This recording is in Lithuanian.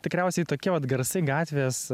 tikriausiai tokie vat garsai gatvės